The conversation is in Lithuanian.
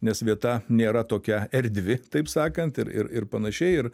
nes vieta nėra tokia erdvi taip sakant ir ir ir panašiai ir